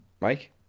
Mike